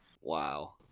Wow